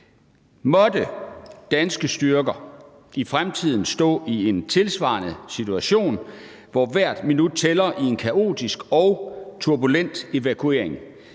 Måtte danske styrker i fremtiden stå i en tilsvarende situation, hvor hvert minut tæller i en kaotisk og turbulent evakuering,